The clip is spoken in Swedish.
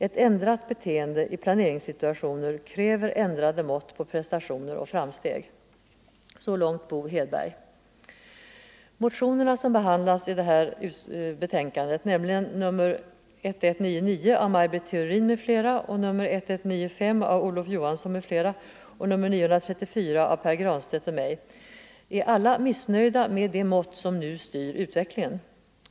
—-—-— Ett ändrat beteende i planeringssituationer kräver ändrade mått på prestationer och framsteg.” Motionerna som behandlas i detta betänkande, nämligen nr 1199 av Maj Britt Theorin m.fl., nr 1195 av Olof Johansson m.fl. och nr 934 av Pär Granstedt och mig uttalar alla missnöje med de mått som nu styr utvecklingen.